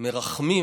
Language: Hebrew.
מרחמים